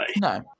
No